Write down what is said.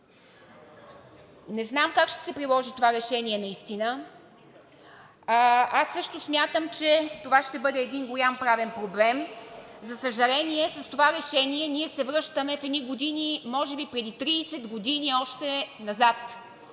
Не знам как ще се приложи това решение наистина. Аз също смятам, че това ще бъде един голям правен проблем. За съжаление, с това решение ние се връщаме в едни години, може би 30 години назад